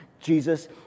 Jesus